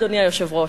אדוני היושב-ראש.